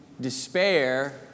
despair